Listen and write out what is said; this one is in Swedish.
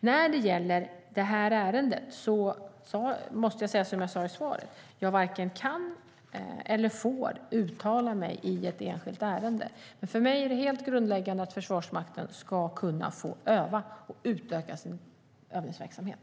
När det gäller detta ärende måste jag säga, som jag sade i svaret, att jag varken kan eller får uttala mig i ett enskilt ärende. Men för mig är det helt grundläggande att Försvarsmakten ska kunna få öva och utöka sin övningsverksamhet.